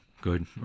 good